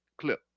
clip